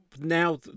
now